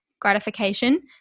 Gratification